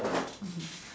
okay